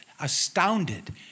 astounded